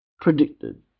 Predicted